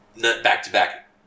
back-to-back